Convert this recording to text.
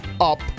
up